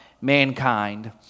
mankind